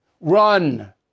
Run